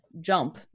jump